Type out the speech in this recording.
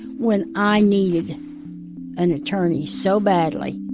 when i needed an attorney so badly